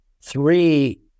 Three